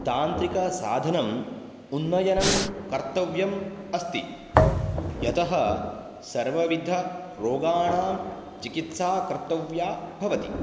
तान्त्रिकसाधनम् उन्नयनं कर्तव्यम् अस्ति यतः सर्वविधरोगाणां चिकित्सा कर्तव्या भवति